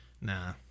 Nah